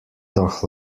doch